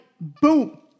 boom